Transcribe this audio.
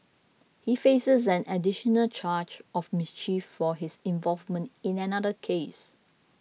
he faces an additional charge of mischief for his involvement in another case